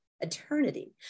eternity